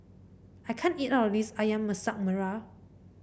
I can't eat all of this ayam Masak Merah